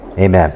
Amen